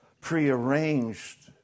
prearranged